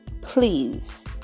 Please